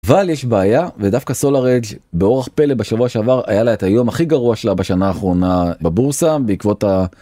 אבל יש בעיה ודווקא SolarEdge באורח פלא בשבוע שעבר היה לה את היום הכי גרוע שלה בשנה האחרונה בבורסה בעקבות ה...